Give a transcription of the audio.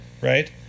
right